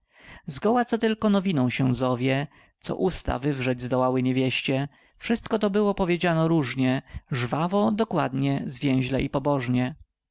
zgoła co tylko nowiną się zowie co usta wywrzeć zdołały niewieście wszystko to było powiedziano rożnie żwawo dokładnie zwięźle i pobożnie